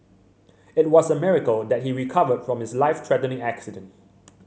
it was a miracle that he recovered from his life threatening accident